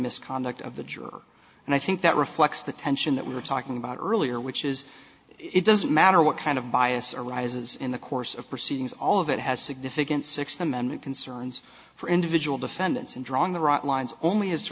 misconduct of the juror and i think that reflects the tension that we were talking about earlier which is it doesn't matter what kind of bias arises in the course of proceedings all of it has significant sixth amendment concerns for individual defendants and drawing the